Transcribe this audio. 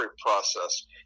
process